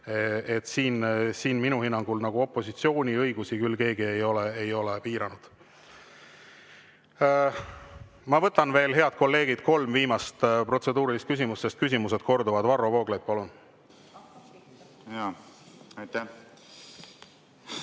et siin minu hinnangul nagu opositsiooni õigusi küll keegi ei ole piiranud. Ma võtan veel, head kolleegid, kolm viimast protseduurilist küsimust, sest küsimused korduvad. Varro Vooglaid, palun! Aitäh!